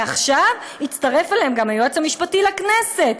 ועכשיו הצטרף אליהם גם היועץ המשפטי לכנסת.